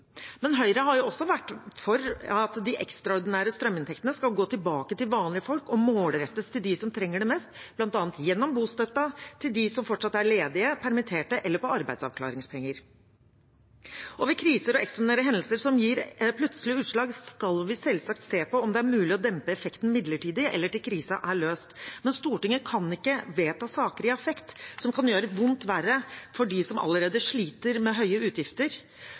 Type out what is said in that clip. Høyre har også vært for at de ekstraordinære strøminntektene skal gå tilbake til vanlige folk og målrettes mot dem som trenger det mest, bl.a. gjennom bostøtten, til dem som fortsatt er ledige, permitterte eller på arbeidsavklaringspenger. Ved kriser og ekstraordinære hendelser som gir plutselige utslag, skal vi selvsagt se på om det er mulig å dempe effekten midlertidig eller til krisen er løst. Men Stortinget kan ikke i affekt vedta saker som kan gjøre vondt verre for dem som allerede sliter med høye utgifter,